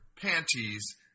panties